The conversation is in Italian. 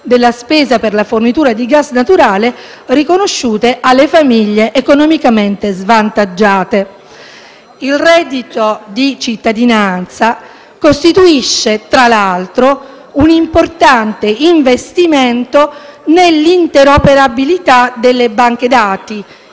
della spesa per la fornitura di gas naturale, riconosciute alle famiglie economicamente svantaggiate. Il reddito di cittadinanza costituisce, tra l'altro, un importante investimento nell'interoperabilità delle banche dati,